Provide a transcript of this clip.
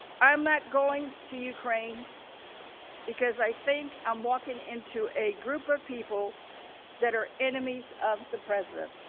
i am not going to ukraine because i think i am walking into a group of people that are enemies of the president.